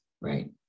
right